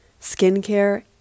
skincare